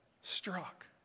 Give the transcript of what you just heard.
struck